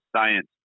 science